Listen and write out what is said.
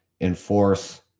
enforce